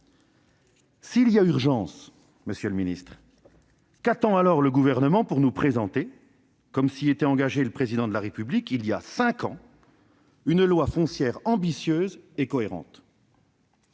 S'il y a urgence, monsieur le ministre, qu'attend donc le Gouvernement pour nous présenter, comme s'y était engagé le Président de la République voilà cinq ans, une loi foncière ambitieuse et cohérente ?